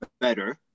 better